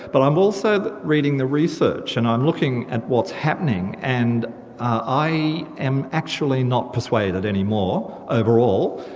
but i'm also reading the research, and i'm looking at what's happening, and i am actually not persuaded any more overall,